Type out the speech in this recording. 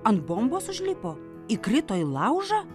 ant bombos užlipo įkrito į laužą